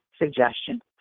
suggestion